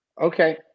Okay